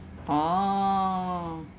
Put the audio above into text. orh